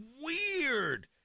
weird